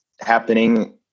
happening